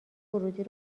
ورودی